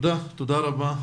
תודה רבה.